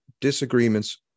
disagreements